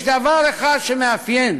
יש דבר אחד שמאפיין